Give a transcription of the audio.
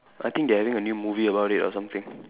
I think they are having a new movie about it or something